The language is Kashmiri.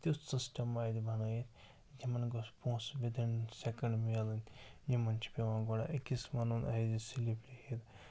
تیُتھ سِسٹَمہ اَتہِ بَنٲیِتھ یِمَن گوٚژھ پونٛسہٕ وِدِن سیٚکَنڈ مِلٕنۍ یِمن چھُ پٮ۪وان گۄڈٕ أکِس وَنُن اسہِ دِ سِلِپ لیٚکھِتھ